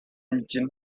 ngina